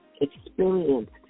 experienced